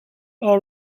are